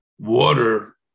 Water